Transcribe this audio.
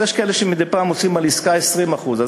ויש כאלה שמדי פעם עושים על עסקה 20%. אז